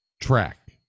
track